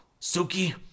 Suki